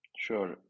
Sure